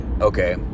okay